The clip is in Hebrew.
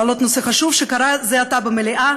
להעלות נושא חשוב שהיה זה עתה במליאה: